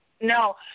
No